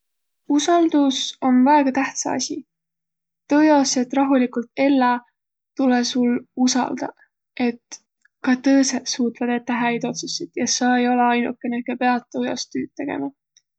Usaldus om väega tähtsä asi. Tuu jaos, et rahuligult elläq, tulõ sul usaldaq, et ka tõõsõq suutvaq tetäq häid otsussit ja sa ei olõq ainukene, kiä piät tuu jaos tüüd tegemä.